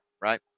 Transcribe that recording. Right